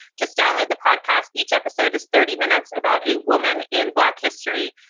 just download the podcast. each episode is thirty minutes about a woman in black history.